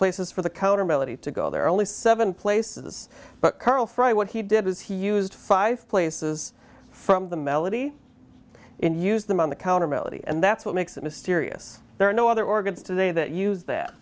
places for the coder melody to go there are only seven places but karl fry what he did is he used five places from the melody and used them on the counter melody and that's what makes it mysterious there are no other organs today that use that